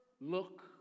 look